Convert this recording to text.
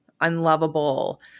unlovable